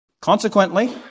Consequently